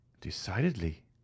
Decidedly